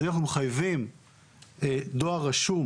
ואנחנו מחייבים דואר רשום